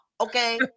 Okay